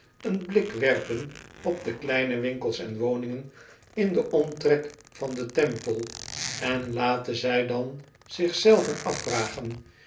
een blik werpen op de kleine winkels en woningen in den omtrek van de temple en laten zij dan zich zelven afvragen